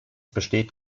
besteht